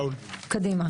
קדימה.